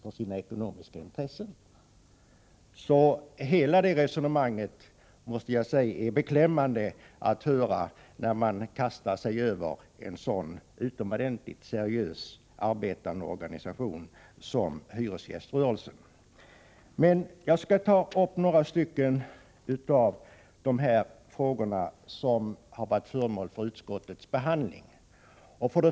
Hela detta resonemang är beklämmande att höra, måste jag säga. Man kastar sig över en så utomordentligt seriöst arbetande organisation som hyresgäströrelsen. Men jag skulle ta upp några av de frågor som har varit föremål för utskottets behandling.